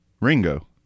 Ringo